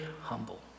humble